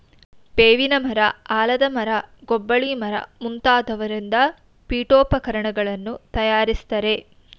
ಬೇವಿನ ಮರ, ಆಲದ ಮರ, ಗೊಬ್ಬಳಿ ಮರ ಮುಂತಾದವರಿಂದ ಪೀಠೋಪಕರಣಗಳನ್ನು ತಯಾರಿಸ್ತರೆ